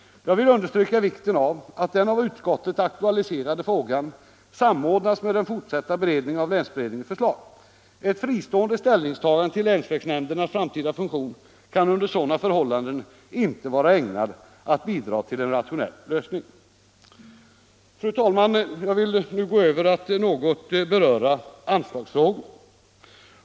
Jag vill understryka vikten av att den av utskottet aktualiserade frågan samordnas med den fortsatta beredningen av länsberedningens = förslag. Ett fristående = ställningstagande = till länsvägnämndernas framtida funktion kan under sådana förhållanden inte vara ägnat att bidra till en rationell lösning. Fru talman! Jag vill nu gå över till att något beröra anslagsfrågan.